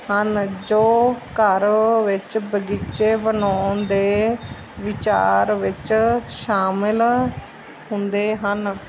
ਹਨ ਜੋ ਘਰ ਵਿੱਚ ਬਗੀਚੇ ਬਣਾਉਣ ਦੇ ਵਿਚਾਰ ਵਿੱਚ ਸ਼ਾਮਿਲ ਹੁੰਦੇ ਹਨ